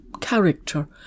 character